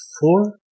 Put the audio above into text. four